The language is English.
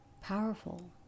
powerful